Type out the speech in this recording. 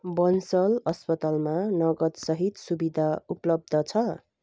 बन्सल अस्पतालमा नगदसहित सुविधा उपलब्ध छ